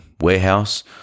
warehouse